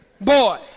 boy